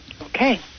Okay